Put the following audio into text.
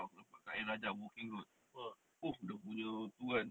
nampak kat ayer rajah boon keng oh dia punya tu kan